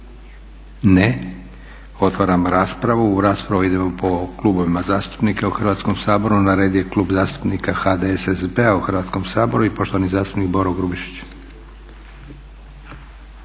Ne. Otvaram raspravu. U raspravu idemo po klubovima zastupnika u Hrvatskom saboru. Na redu je Klub zastupnika HDSSB-a u Hrvatskom saboru i poštovani zastupnik Boro Grubišić.